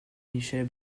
michèle